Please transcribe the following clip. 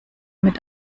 mit